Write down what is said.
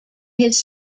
his